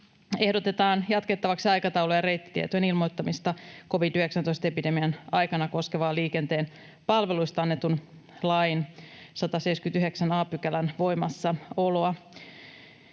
ehdotetaan jatkettavaksi aikataulu- ja reittitietojen ilmoittamista covid-19-epidemian aikana koskevan liikenteen palveluista annetun lain 179 a §:n voimassaoloa.